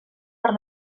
per